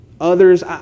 others